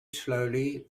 slowly